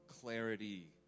clarity